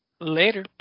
Later